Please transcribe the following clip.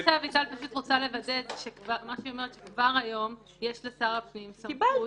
אביטל אומרת שכבר היום יש לשר הפנים סמכות